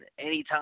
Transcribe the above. anytime